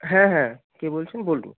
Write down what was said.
হ্যাঁ হ্যাঁ কে বলছেন বলবুন